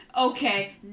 okay